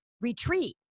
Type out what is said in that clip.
retreat